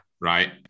Right